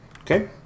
Okay